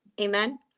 Amen